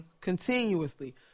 continuously